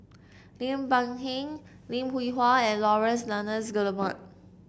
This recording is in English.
Lim Peng Han Lim Hwee Hua and Laurence Nunns Guillemard